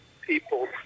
people